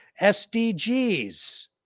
SDGs